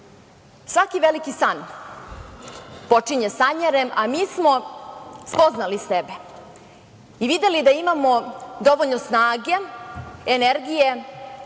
veliki san počinje sanjarenjem, a mi smo spoznali sebe i videli da imamo dovoljno snage, energije